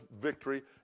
victory